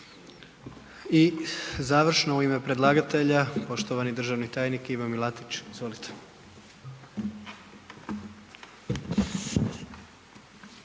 I završno u ime predlagatelja poštovani državni tajnik Ivo Milatić. Izvolite.